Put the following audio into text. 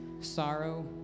sorrow